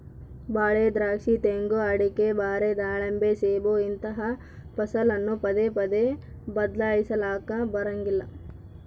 ಬಾಳೆ, ದ್ರಾಕ್ಷಿ, ತೆಂಗು, ಅಡಿಕೆ, ಬಾರೆ, ದಾಳಿಂಬೆ, ಸೇಬು ಇಂತಹ ಫಸಲನ್ನು ಪದೇ ಪದೇ ಬದ್ಲಾಯಿಸಲಾಕ ಬರಂಗಿಲ್ಲ